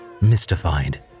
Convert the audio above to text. mystified